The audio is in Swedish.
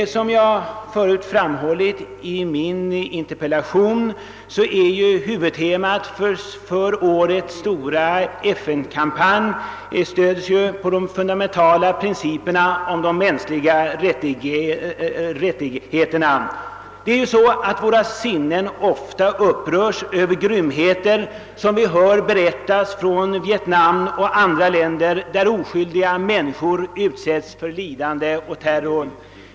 Såsom jag framhållit i min interpellation är ju huvudtemat för årets FN kampanj stöd åt de fundamentala principerna om de mänskliga rättigheterna. Våra sinnen upprörs ofta över grymheter, om vilka vi hör berättas från Vietnam och andra länder där oskyldiga människor utsätts för lidande och terror.